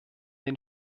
den